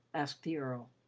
asked the earl.